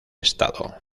estado